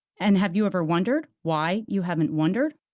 and have you ever wondered why you haven't wondered?